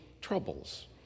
troubles